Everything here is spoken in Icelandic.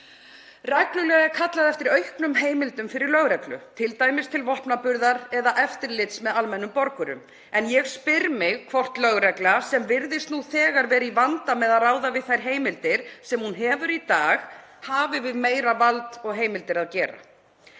Reglulega er kallað eftir auknum heimildum fyrir lögreglu, t.d. til vopnaburðar eða eftirlits með almennum borgurum. En ég spyr mig hvort lögregla, sem virðist nú þegar vera í vanda með að ráða við þær heimildir sem hún hefur í dag, hafi við meira vald og fleiri heimildir að gera.